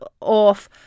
off